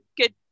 good